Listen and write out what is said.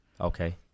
Okay